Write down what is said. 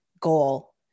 goal